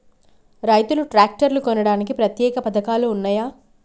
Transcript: రైతులు ట్రాక్టర్లు కొనడానికి ప్రత్యేక పథకాలు ఉన్నయా?